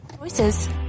Voices